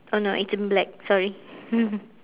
oh no it's in black sorry